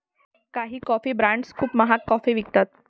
काही coffee brands खूप महाग कॉफी विकतात